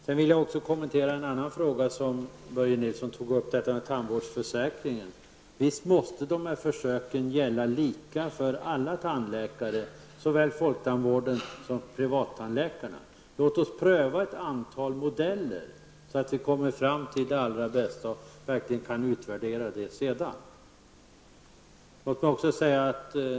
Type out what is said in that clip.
Jag vill också kommentera en annan fråga som Börje Nilsson tog upp, nämligen tandvårdsförsäkringen. Visst måste väl försöken gälla lika för alla tandläkare, såväl dem i folktandvården som de privata? Låt oss pröva ett antal modeller så att vi kommer fram till den allra bästa och kan utvärdera den sedan.